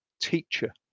teacher